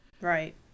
Right